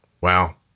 Wow